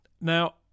now